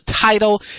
title